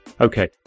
Okay